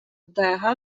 дега